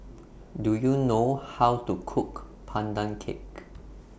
Do YOU know How to Cook Pandan Cake